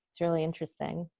it's really interesting.